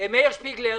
מאיר שפיגלר.